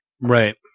Right